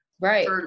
right